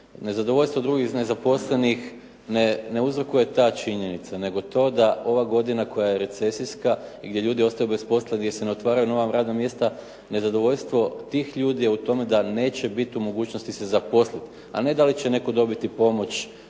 Nezadovoljstvo drugih nezaposlenih ne uzrokuje ta činjenica, nego to da ova godina koja je recesijska i gdje ljudi ostaju bez posla, gdje se ne otvaraju nova radna mjesta, nezadovoljstvo tih ljudi je u tome da neće biti u mogućnosti se zaposliti, a ne da li će netko dobiti pomoć